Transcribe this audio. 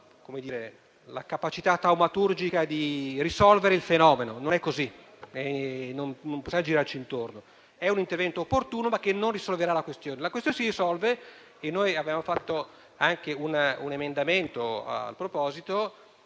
la capacità taumaturgica di risolvere il fenomeno: non è così e non possiamo girarci intorno. È un intervento opportuno, ma che non risolverà la questione. La questione si risolve - e noi avevamo presentato un emendamento in proposito